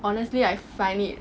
honestly I find it